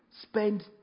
spend